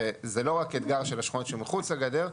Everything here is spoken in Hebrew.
וזה לא רק אתגר של השכונות שמחוץ לגדר,